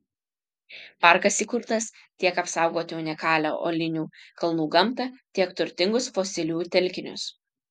parkas įkurtas tiek apsaugoti unikalią uolinių kalnų gamtą tiek turtingus fosilijų telkinius